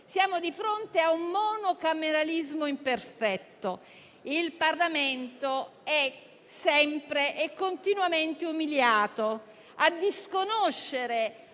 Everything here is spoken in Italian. siamo di fronte a un monocameralismo imperfetto; il Parlamento è sempre e continuamente umiliato. Si disconosce